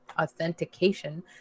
authentication